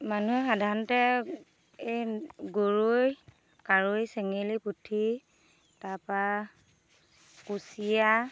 মানুহে সাধাৰণতে এই গৰৈ কাৱৈ চেঙেলী পুঠি তাৰ পৰা কুচিয়া